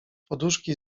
poduszki